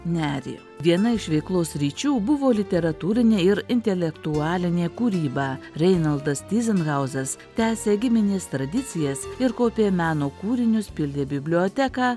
nerį viena iš veiklos sričių buvo literatūrinė ir intelektualinė kūryba reinaldas tyzenhauzas tęsė giminės tradicijas ir kaupė meno kūrinius pildė biblioteką